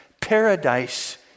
paradise